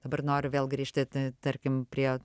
dabar noriu vėl grįžti tarkim prie